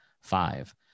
five